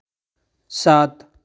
सात